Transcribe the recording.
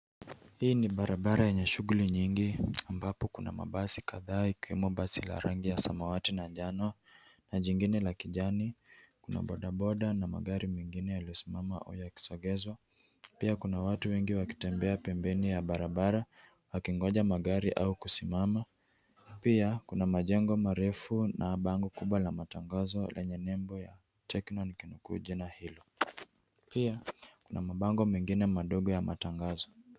Hii ni barabara yenye shughuli nyingi ambapo kuna mabasi kadhaa, ikiwemo basi la rangi ya samawati na njano na jingine la kijani. Kuna bodaboda na magari mengine yaliyo simama au ya kisogezwa. Pia kuna watu wengi wakitembea pembeni ya barabara wakingoja magari au kusimama. Pia kuna majengo marefu na bango kubwa la matangazo lenye nembo ya Techno na kinakuja na hilo. Pia kuna mabango mengine madogo ya matangazo.